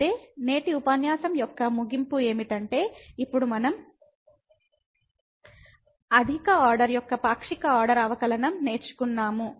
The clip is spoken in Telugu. కాబట్టి నేటి ఉపన్యాసం యొక్క ముగింపు ఏమిటంటే ఇప్పుడు మనం అధిక ఆర్డర్ యొక్క పాక్షిక ఆర్డర్ అవకలనం నేర్చుకున్నాము